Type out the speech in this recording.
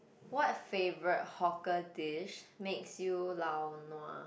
what favorite hawker dish makes you lao nua